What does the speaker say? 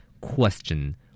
Question